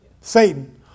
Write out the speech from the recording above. Satan